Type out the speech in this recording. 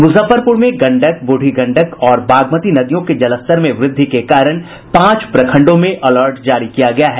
मुजफ्फरपुर में गंडक बूढ़ी गंडक और बागमती नदियों के जलस्तर में वृद्धि के कारण पांच प्रखंडों में अलर्ट जारी किया गया है